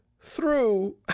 through